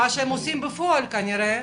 מה שעושים בפועל כנראה,